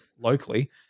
locally